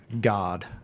God